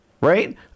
right